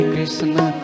Krishna